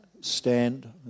stand